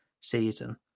season